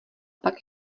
pak